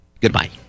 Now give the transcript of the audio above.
Goodbye